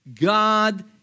God